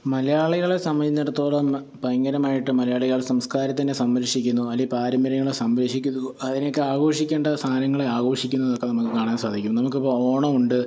മലയാളികളെ സമയുന്നെടത്തോളം ഭയങ്കരമായിട്ട് മലയാളികൾ സംസ്കാരത്തിനെ സംരക്ഷിക്കുന്നു അല്ലെങ്കിൽ പാരമ്പര്യങ്ങളെ സംരക്ഷിക്കുന്നു അതിനൊക്കെ ആഘോഷിക്കേണ്ട സാധനങ്ങളെ ആഘോഷിക്കുന്നതൊക്കെ നമുക്ക് കാണാൻ സാധിക്കും നമുക്ക് ഇപ്പോൾ ഓണമുണ്ട്